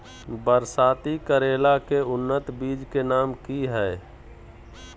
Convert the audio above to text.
बरसाती करेला के उन्नत बिज के नाम की हैय?